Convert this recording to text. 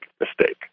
mistake